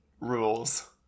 rules